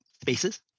spaces